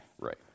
Right